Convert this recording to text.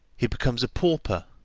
he becomes a pauper,